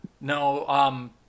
No